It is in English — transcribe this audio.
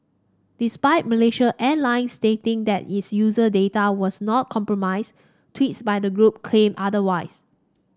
despite Malaysia Airlines stating that its user data was not compromised tweets by the group claimed otherwise